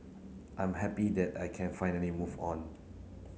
I am happy that I can finally move on